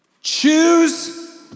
Choose